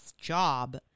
job